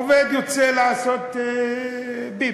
עובד יוצא לעשות פיפי,